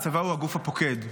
הצבא הוא הגוף הפוקד,